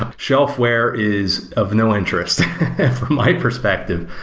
ah shelfware is of no interest for my perspective.